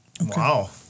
Wow